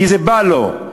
כי זה בא לו.